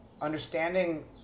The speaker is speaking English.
understanding